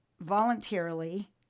voluntarily